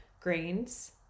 grains